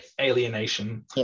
alienation